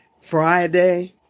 Friday